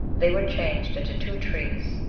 they were changed into two trees,